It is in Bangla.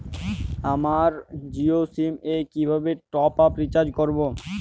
আমার জিও সিম এ কিভাবে টপ আপ রিচার্জ করবো?